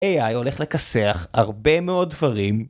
AI הולך לכסח הרבה מאוד דברים